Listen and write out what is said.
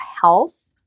health